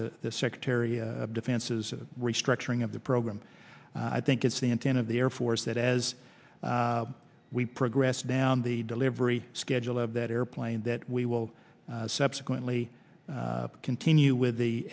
the secretary of defense's restructuring of the program i think it's the intent of the air force that as we progress down the delivery schedule of that airplane that we will subsequently continue with the